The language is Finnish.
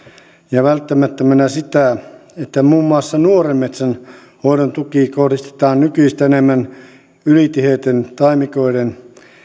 ja välttämättömänä sitä että muun muassa nuoren metsän hoidon tuki kohdistetaan nykyistä enemmän sellaisten ylitiheiden taimikoiden